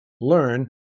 learn